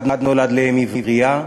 אחד נולד לאם עברייה,